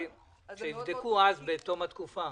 -- שיבדקו אז בתום התקופה.